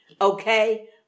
okay